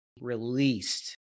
released